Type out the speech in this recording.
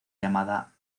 llamada